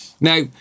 Now